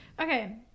okay